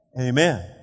amen